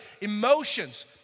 emotions